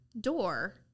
door